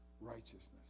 righteousness